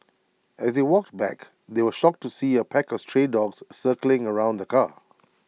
as they walked back they were shocked to see A pack of stray dogs circling around the car